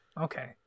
Okay